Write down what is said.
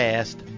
Past